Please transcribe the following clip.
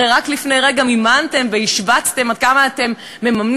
הרי רק לפני רגע השווצתם עד כמה אתם מממנים,